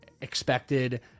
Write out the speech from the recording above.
expected